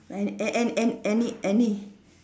An~ An~ An~ Annie Annie